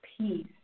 peace